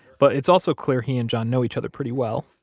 but it's also clear he and john know each other pretty well.